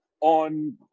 on